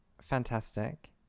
Fantastic